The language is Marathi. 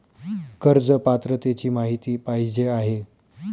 कर्ज पात्रतेची माहिती पाहिजे आहे?